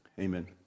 amen